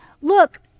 look